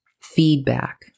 feedback